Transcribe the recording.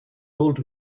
old